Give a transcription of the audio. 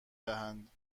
دهند